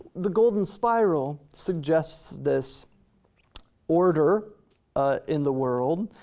the golden spiral suggests this order ah in the world,